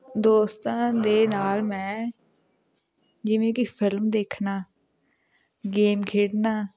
ਦੋਸਤਾਂ ਦੇ ਨਾਲ ਮੈਂ ਜਿਵੇਂ ਕਿ ਫਿਲਮ ਦੇਖਣਾ ਗੇਮ ਖੇਡਣਾ